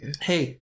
Hey